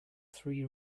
three